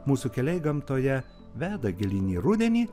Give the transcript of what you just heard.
mūsų keliai gamtoje veda gilyn į rudenį